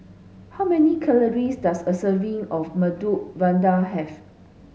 how many calories does a serving of Medu Vada have